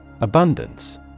Abundance